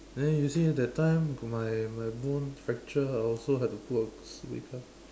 then you see that time got my my bone fractured I also had to put a stupid cast